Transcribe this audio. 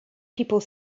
people